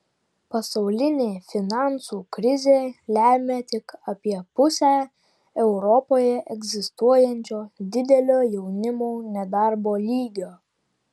pasaulinė finansų krizė lemia tik apie pusę europoje egzistuojančio didelio jaunimo nedarbo lygio